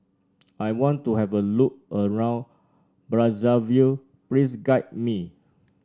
I want to have a look around Brazzaville please guide me